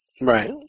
Right